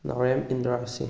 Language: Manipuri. ꯅꯥꯎꯔꯦꯝ ꯏꯟꯗ꯭ꯔꯥ ꯁꯤꯡ